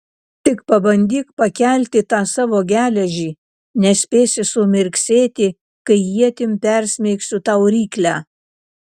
tik pabandyk pakelti tą savo geležį nespėsi sumirksėti kai ietim persmeigsiu tau ryklę